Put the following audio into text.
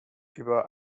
über